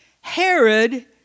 herod